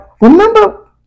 remember